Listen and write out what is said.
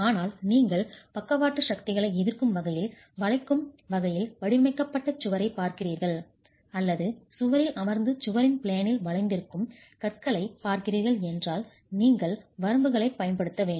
ஆனால் நீங்கள் பக்கவாட்டு சக்திகளை எதிர்க்கும் வகையில் வளைக்கும் வகையில் வடிவமைக்கப்பட்ட சுவரைப் பார்க்கிறீர்கள் அல்லது சுவரில் அமர்ந்து சுவரின் பிளேனில் வளைந்திருக்கும் கற்றைகளைப் பார்க்கிறீர்கள் என்றால் நீங்கள் வரம்புகளைப் பயன்படுத்த வேண்டும்